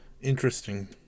interesting